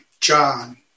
John